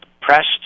pressed